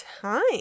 time